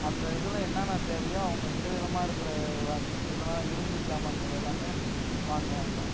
அந்த இதில் என்னென்ன தேவையோ அவங்க விதவிதமாக இருக்கின்ற வாட்ச இதெல்லாம் இரும்பு ஜாமான்கள் எல்லாமே வாங்குவாங்க